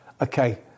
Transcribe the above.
okay